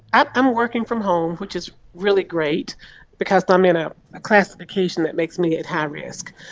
i'm i'm working from home, which is really great because i'm in a classification that makes me at high risk.